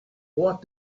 what